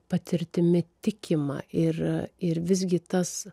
patirtimi tikima ir ir visgi tas